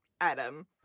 Adam